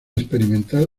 experimental